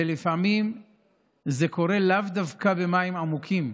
ולפעמים זה קורה לאו דווקא במים עמוקים.